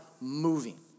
moving